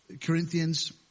Corinthians